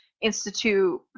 institute